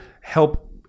help